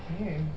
Okay